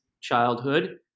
childhood